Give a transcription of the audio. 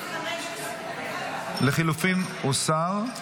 לחלופין הוסר.